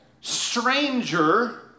stranger